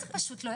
מה זה פשוט לא?